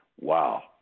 wow